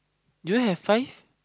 do you have five